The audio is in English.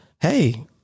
hey